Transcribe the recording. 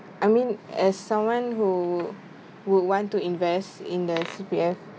I mean as someone who would want to invest in the C_P_F